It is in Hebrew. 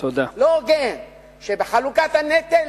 לא הוגן שבחלוקת הנטל